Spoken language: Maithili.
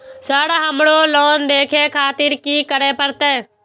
सर हमरो लोन देखें खातिर की करें परतें?